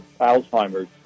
Alzheimer's